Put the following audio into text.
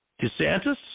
DeSantis